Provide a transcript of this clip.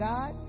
God